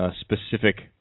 specific